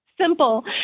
simple